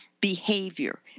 behavior